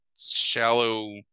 shallow